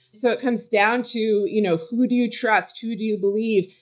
so it comes down to you know who do you trust, who do you believe?